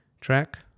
track